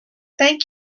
thank